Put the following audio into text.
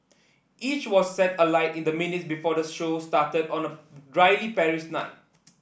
each was set alight in the minutes before the show started on a drily Paris night